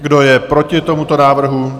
Kdo je proti tomuto návrhu?